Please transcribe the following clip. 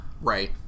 Right